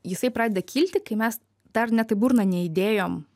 jisai pradeda kilti kai mes dar net į burną neįdėjom